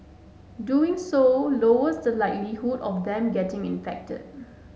doing so lowers the likelihood of them getting infected